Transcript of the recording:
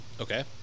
Okay